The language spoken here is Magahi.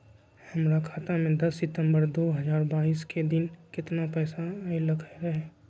हमरा खाता में दस सितंबर दो हजार बाईस के दिन केतना पैसा अयलक रहे?